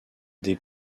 des